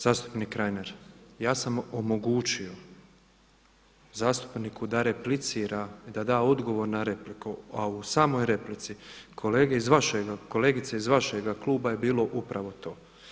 Zastupnik Reiner, ja sam omogućio zastupniku da replicira i da da odgovor na repliku, a u samoj replici kolegice iz vašega kluba je bilo upravo to.